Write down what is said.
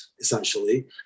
essentially